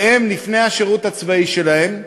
והם לפני השירות הצבאי שלהם.